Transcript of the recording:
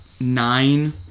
nine